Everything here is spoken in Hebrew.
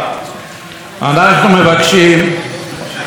כפי שאמר ראש הממשלה,